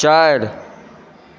चारि